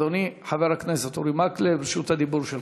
אדוני חבר הכנסת אורי מקלב, רשות הדיבור שלך.